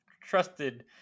trusted